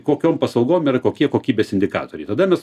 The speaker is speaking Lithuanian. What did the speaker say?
kokiom paslaugom yra kokie kokybės indikatoriai tada mes